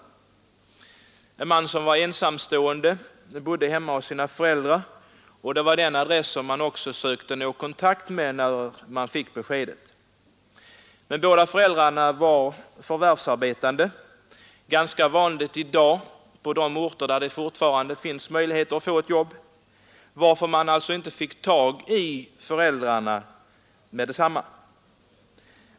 Det gällde en man som var ungkarl och bodde hemma hos sina föräldrar, och det var under den adressen man sökte nå kontakt. Men båda föräldrarna var förvärvsarbetande — det är ju ganska vanligt i dag på de orter där det fortfarande finns möjligheter att få ett jobb — varför man inte fick tag i föräldrarna med detsamma.